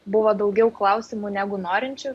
buvo daugiau klausimų negu norinčių